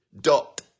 dot